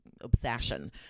Obsession